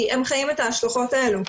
כי הם חיים את ההשלכות האלו,